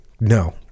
no